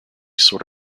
sort